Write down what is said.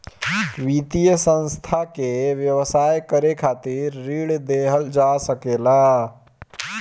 वित्तीय संस्था से व्यवसाय करे खातिर ऋण लेहल जा सकेला